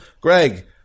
Greg